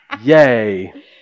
Yay